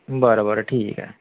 बरं बरं ठीक आहे